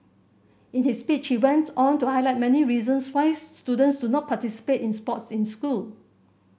in his speech he went on to highlight many reasons why students do not participate in sports in school